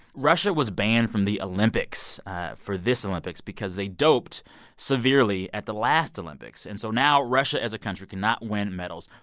russia was banned from the olympics for this olympics because they doped severely at the last olympics. and so now russia as a country cannot win medals,